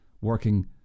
working